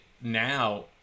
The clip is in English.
now